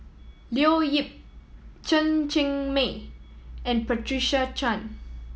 Leo Yip Chen Cheng Mei and Patricia Chan